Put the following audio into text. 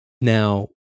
Now